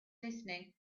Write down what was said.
listening